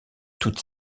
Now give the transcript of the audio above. toute